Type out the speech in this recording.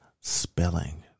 spelling